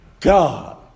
God